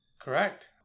Correct